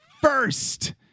first